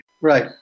Right